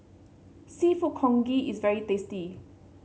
seafood Congee is very tasty